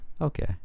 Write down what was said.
Okay